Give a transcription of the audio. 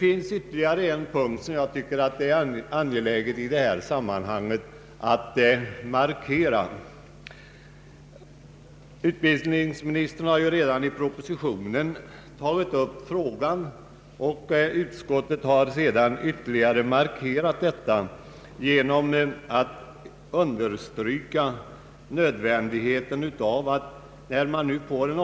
En annan punkt som jag tycker är angelägen är nödvändigheten av att man i samband med omfördelningen av huvudmannaskapet också beaktar de förändringar på personalsidan som blir en nödvändig följd av omläggningen.